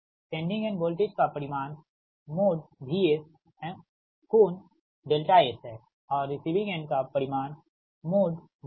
sending end voltage का परिमाण VS∠S है और रिसीविंग एंड का परिमाण VR∠0 है